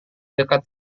dekat